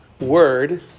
word